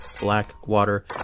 Blackwater